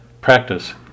practice